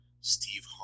Steve